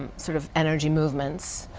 sort of energy movements.